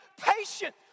patient